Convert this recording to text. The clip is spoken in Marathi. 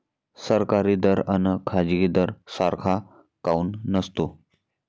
सरकारी दर अन खाजगी दर सारखा काऊन नसतो?